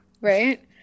Right